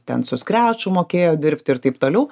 ten su skretču mokėjo dirbti ir taip toliau